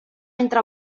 entre